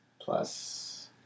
Plus